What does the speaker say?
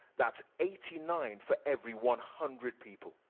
that's eighty nine for every one hundred people.